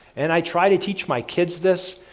and i try to teach my kids this,